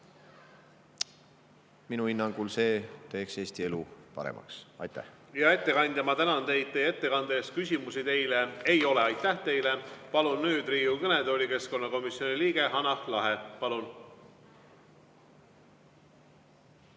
Minu hinnangul see teeks Eesti elu paremaks. Hea ettekandja, ma tänan teid ettekande eest. Küsimusi teile ei ole. Aitäh teile! Palun nüüd Riigikogu kõnetooli keskkonnakomisjoni liikme Hanah Lahe. Palun!